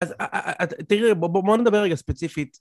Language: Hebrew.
אז תראי, בוא נדבר רגע ספציפית.